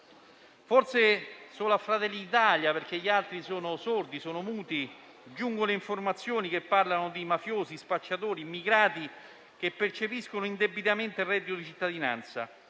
Forse solo a Fratelli d'Italia, perché gli altri sono sordi e muti, giungono informazioni su mafiosi, spacciatori, immigrati che percepiscono indebitamente il reddito di cittadinanza;